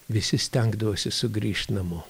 visi stengdavosi sugrįžt namo